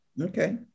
Okay